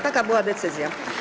Taka była decyzja.